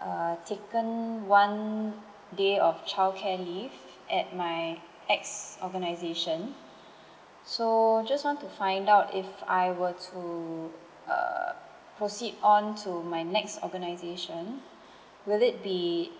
uh taken one day of childcare leave at my ex organisation so just want to find out if I were to err proceed on to my next organisation will it be